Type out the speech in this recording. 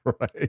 Right